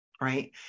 Right